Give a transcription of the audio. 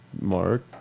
mark